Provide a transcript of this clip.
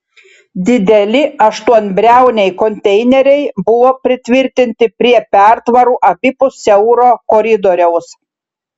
dideli aštuonbriauniai konteineriai buvo pritvirtinti prie pertvarų abipus siauro koridoriaus